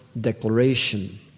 Declaration